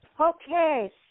Okay